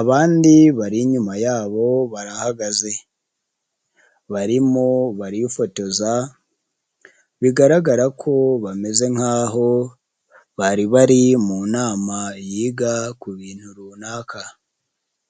abandi bari inyuma yabo barahagaze, barimo barifotoza bigaragara ko bameze nkaho bari bari mu nama yiga ku bintu runaka.